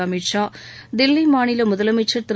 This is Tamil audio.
அமித் ஷா தில்லி மாநில முதலமைச்சர் திரு